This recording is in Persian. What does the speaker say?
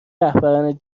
رهبران